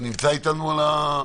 בבקשה.